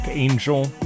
angel